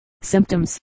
Symptoms